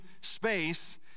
space